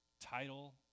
title